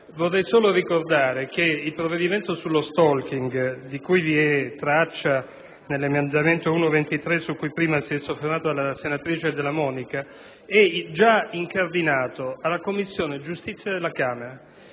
Vorrei solo ricordare che il provvedimento sullo *stalking*, di cui vi è traccia nell'emendamento 1.23, su cui prima si è soffermata la senatrice Della Monica, è già incardinato presso la Commissione giustizia della Camera